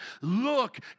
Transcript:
Look